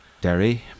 Derry